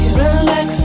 relax